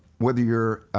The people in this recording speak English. whether you're